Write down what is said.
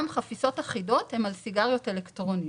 חפיסות אחידות הן על סיגריות אלקטרוניות.